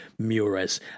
Mures